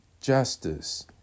justice